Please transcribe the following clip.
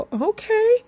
okay